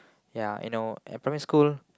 ya you know at primary school